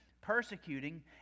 persecuting